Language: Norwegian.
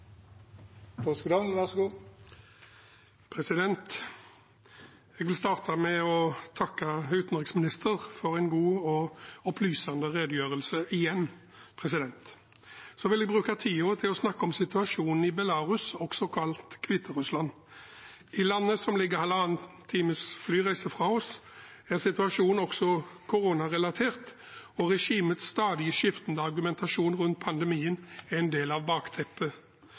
Jeg vil starte med å takke utenriksministeren for en god og opplysende redegjørelse – igjen. Så vil jeg bruke tiden til å snakke om situasjonen i Belarus, også kalt Hviterussland. I landet som ligger halvannen times flyreise fra oss, er situasjonen også koronarelatert, og regimets stadige skiftende argumentasjon rundt pandemien er en del av bakteppet.